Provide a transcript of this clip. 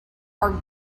our